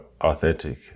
authentic